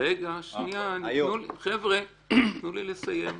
רגע, תנו לי לסיים.